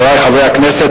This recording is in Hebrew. חברי חברי הכנסת,